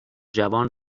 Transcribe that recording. جوان